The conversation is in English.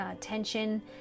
tension